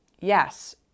Yes